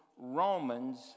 Romans